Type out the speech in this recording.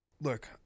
look